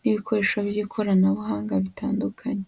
n'ibikoresho by'ikoranabuhanga bitandukanye.